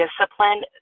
discipline